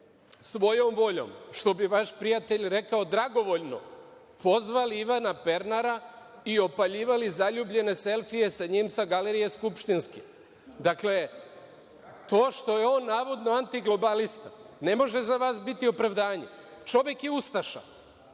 svojom voljom, što bi vaš prijatelj rekao dragovoljno, pozvali Ivana Pernara i opaljivali zaljubljene selfije sa njim sa skupštinske galerije. Dakle, to što je on navodno antiglobalista, ne može za vas biti opravdanje. Čovek je ustaša.